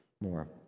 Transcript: more